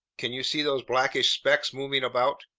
can you see those blackish specks moving about?